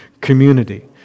community